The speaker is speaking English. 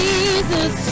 Jesus